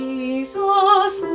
Jesus